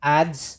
ads